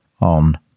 on